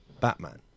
Batman